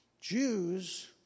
Jews